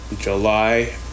July